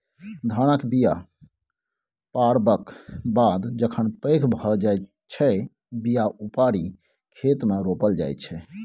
धानक बीया पारबक बाद जखन पैघ भए जाइ छै बीया उपारि खेतमे रोपल जाइ छै